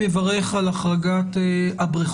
אני מברך על החרגת הבריכות,